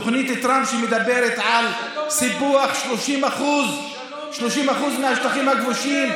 תוכנית טראמפ שמדברת על סיפוח 30% מהשטחים הכבושים,